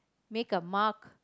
make a mark